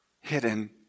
hidden